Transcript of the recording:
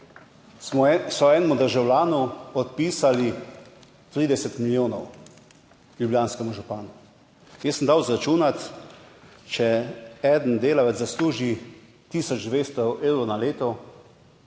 smo, so enemu državljanu odpisali 30 milijonov, ljubljanskemu županu, jaz sem dal izračunati, če 1 delavec zasluži tisoč 200 evrov na leto,